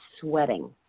sweating